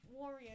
warrior